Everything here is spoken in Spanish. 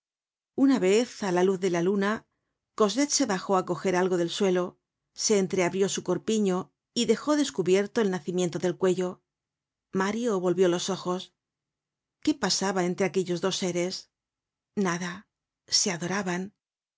una vez á la luz de la luna cosette se bajó á coger algo del suelo se entreabrió su corpiño y dejó descubierto el nacimiento del cuello mario volvió los ojos content from google book search generated at qué pasaba entre aquellos dos séres nada se adoraban